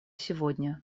сегодня